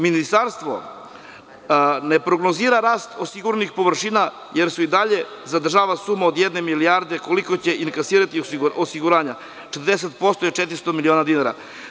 Ministarstvo ne prognozira rast osiguranih površina, jer se i dalje zadržava suma od jedne milijarde, koliko će inkasirati osiguranja, a 40% je 400 miliona dinara.